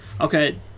Okay